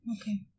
Okay